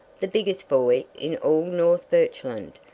the biggest boy in all north birchland,